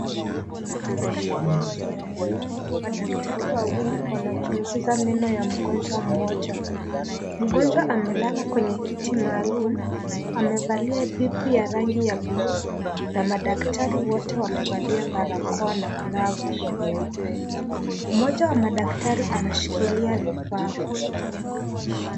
Katika kliniki ya meno, madaktari wawili wanachunguza meno ya mgonjwa mmoja. Mgonjwa amelala kwenye kiti maalum. Amevalia vipi ya rangi ya buluu na madaktari wote wamevalia barakoa na glovu nyeupe. Mmoja wa madaktari anashikilia vifaa.